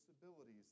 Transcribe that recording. disabilities